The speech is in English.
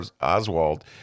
Oswald